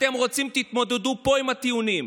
אתם רוצים, תתמודדו פה עם הטיעונים.